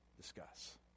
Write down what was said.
discuss